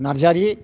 Narzary